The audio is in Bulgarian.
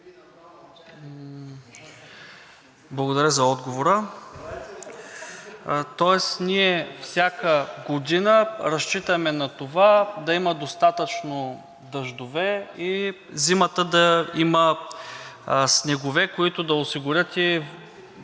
Благодаря за отговора. Тоест ние всяка година разчитаме на това да има достатъчно дъждове и зимата да има снегове, които да осигурят и